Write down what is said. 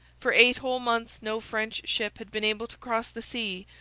for eight whole months no french ship had been able to cross the sea,